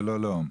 וגם לא לאום.